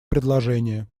предложения